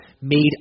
made